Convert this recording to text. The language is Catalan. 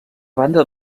banda